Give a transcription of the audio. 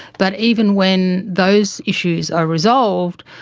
but even when those issues are resolved,